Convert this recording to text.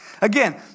Again